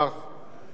כמו כל הגליל,